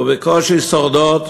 ובקושי שורדות,